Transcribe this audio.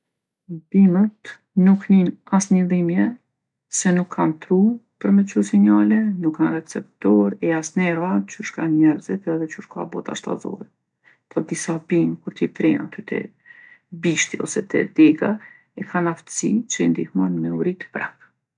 Bimët nuk nijn asni dhimje se nuk kanë tru për me çu sinjale, nuk kanë receptorë e as nerva qysh kanë njerzit edhe qysh ka bota shtazore. Po disa bimë, kur ti pren aty te bishti ose te dega, e kanë aftsi që ju ndihmon me u rritë prapë